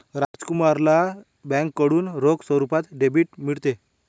राजकुमारला बँकेकडून रोख स्वरूपात डेबिट मिळते